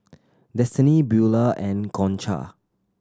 Destini Beaulah and Concha